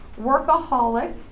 Workaholic